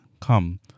Come